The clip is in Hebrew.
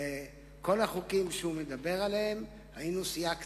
בכל החוקים שהוא מדבר עליהם היינו סיעה קטנה.